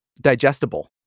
digestible